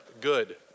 good